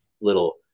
little